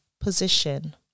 position